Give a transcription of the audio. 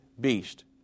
beast